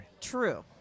True